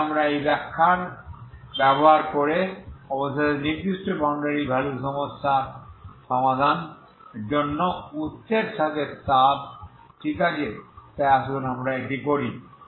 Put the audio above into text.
তাই আমরা এই ব্যাখ্যার ব্যবহার করে অবশেষে নির্দিষ্ট বাউন্ডারি ভ্যালু সমস্যা সমাধানের জন্য উৎসের সাথে তাপ ঠিক আছে আসুন আমরা এটি করি